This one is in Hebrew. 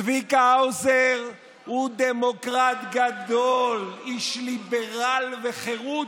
צביקה האוזר הוא דמוקרט גדול, איש ליברל וחירות.